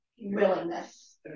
Willingness